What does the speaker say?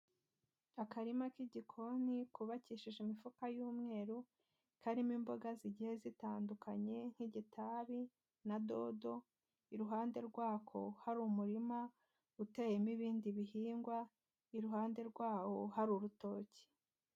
Akarima k'igikoni kubakishije imifuka y'umweru, karimo imboga zigiye zitandukanye nk'igitabi na dodo, iruhande rwako hari umurima uteyemo ibindi bihingwa, iruhande rwawo hari urutoki.